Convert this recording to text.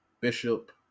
Bishop